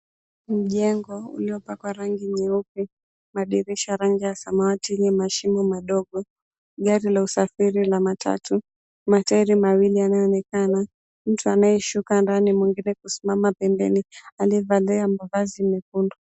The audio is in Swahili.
Mjengo uliopakwa rangi nyeupe, madirisha rangi ya samawati yenye mashimo madogo, gari la usafiri la matatu, matairi mawili yanayoonekana, mtu anayeshuka ndani mwingine kusimama pembeni aliyevalia mavazi mekundu.